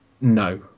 no